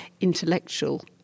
intellectual